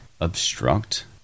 obstruct